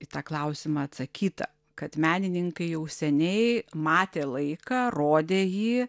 į tą klausimą atsakyta kad menininkai jau seniai matė laiką rodė jį